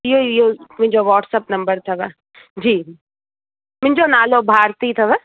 इयो इयो मुंहिंजो वाट्सप नम्बर अथव जी मुंहिंजो नालो भारती अथव